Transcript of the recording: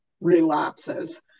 relapses